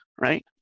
right